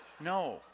No